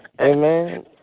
amen